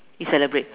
you celebrate